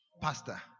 Pastor